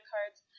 Cards